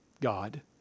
God